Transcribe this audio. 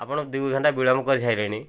ଆପଣ ଦୁଇଘଣ୍ଟା ବିଳମ୍ବ କରିସାରିଲେଣି